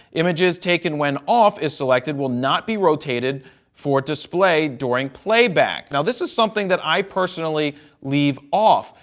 images taken when off is selected will not be rotated for display during playback. now, this is something that i personally leave off,